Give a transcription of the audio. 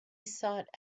sought